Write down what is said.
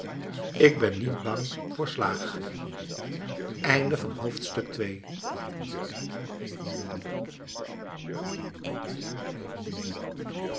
ik ben niet bang voor slaag